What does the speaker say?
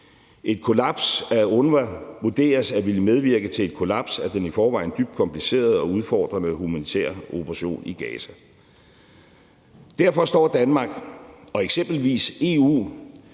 Et kollaps af UNRWA vurderes at ville medvirke til et kollaps af den i forvejen dybt komplicerede og udfordrende humanitære operationen i Gaza. Derfor står Danmark og eksempelvis EU,